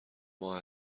ماه